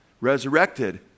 Resurrected